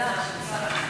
מקבלת את ההצעה של השר.